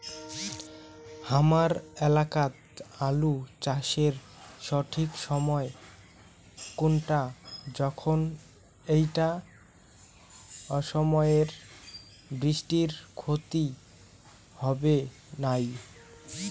হামার এলাকাত আলু চাষের সঠিক সময় কুনটা যখন এইটা অসময়ের বৃষ্টিত ক্ষতি হবে নাই?